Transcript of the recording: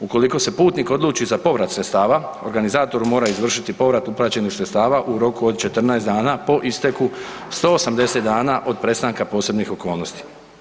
Ukoliko se putnik odluči za povrat sredstava, organizator mu mora izvršiti povrat uplaćenih sredstava u roku od 14 dana po isteku 180 dana od prestanka posebnih okolnosti.